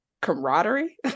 camaraderie